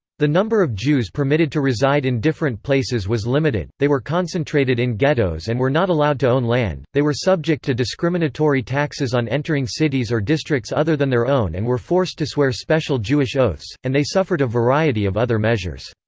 the number of jews permitted to reside in different places was limited they were concentrated in ghettos and were not allowed to own land they were subject to discriminatory taxes on entering cities or districts other than their own and were forced to swear special jewish oaths, and they suffered a variety of other measures.